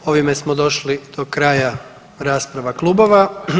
Ovime smo došli do kraja rasprava klubova.